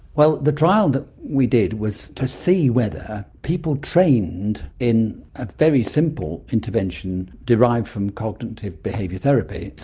well, the trial that we did was to see whether people trained in a very simple intervention derived from cognitive behavioural therapy, so,